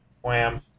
Wham